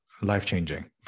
life-changing